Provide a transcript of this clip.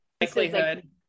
likelihood